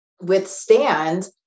withstand